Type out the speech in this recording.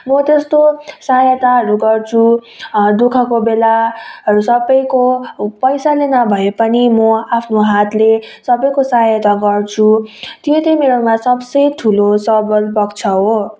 म त्यस्तो सहायताहरू गर्छु दुःखको बेलाहरू सबैको पैसाले नभए पनि म आफ्नो हातले सबैको सहायता गर्छु त्यो त मेरोमा सबसे ठुलो सबल पक्ष हो